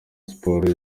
sports